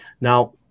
Now